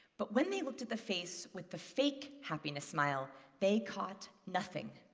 but when they looked at the face with the fake happiness smile, they caught nothing.